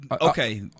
okay